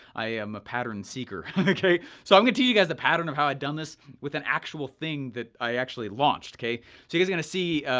i am a pattern seeker okay. so i'm gonna teach you guys the pattern of how i've done this with an actual thing that i actually launched, okay. so you guys are gonna see,